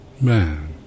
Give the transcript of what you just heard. man